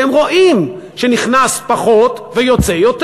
והם רואים שנכנס פחות ויוצא יותר.